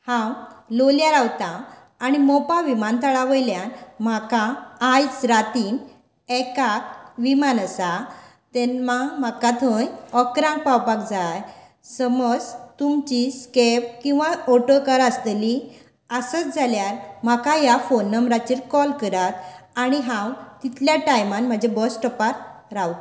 हांव लोलयां रावतां आनी मोपा विमानतळ्या वयल्यान म्हाका आयज रातीन एकाक विमान आसा तेन्ना म्हाका थंय अकरांक पावपाक जाय समज तुमची कॅब किंवां ऑटो कार आसतली आसत जाल्यार म्हाका ह्या फोन नंबराचेर कोल करात आनी हांव तितल्या टायमार म्हज्या बस स्टोपार रावतां